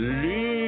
leave